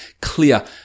clear